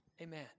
Amen